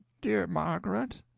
dear margaret?